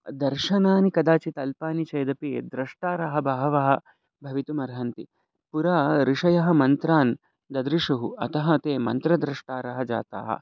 दर्शनानि कदाचित् अल्पानि चेदपि द्रष्टारः बहवः भवितुम् अर्हन्ति पुरा ऋषयः मन्त्रान् ददृशुः अतः ते मन्त्रदृष्टारः जाताः